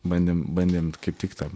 bandėm bandėm kaip tik tą